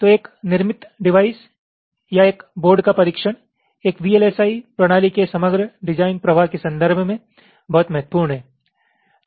तो एक निर्मित डिवाइस या एक बोर्ड का परीक्षण एक वीएलएसआई प्रणाली के समग्र डिजाइन प्रवाह के संदर्भ में बहुत महत्वपूर्ण है